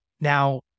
Now